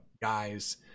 guys